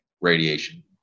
radiation